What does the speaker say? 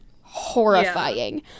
horrifying